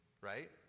right